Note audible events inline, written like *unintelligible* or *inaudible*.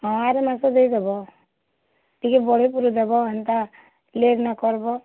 ହଁ ଆର ମାସ ଦେଇଦେବ ଟିକେ *unintelligible* ଦେବ ହେନ୍ତା ଦେର୍ ନାଇଁ କର୍ବ